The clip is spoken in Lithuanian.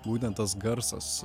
būtent tas garsas